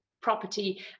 property